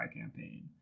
campaign